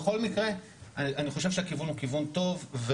בכל מקרה אני חושב שהכיוון הוא כיוון טוב.